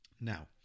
Now